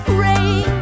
rain